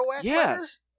Yes